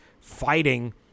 fighting